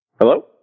hello